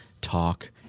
Talk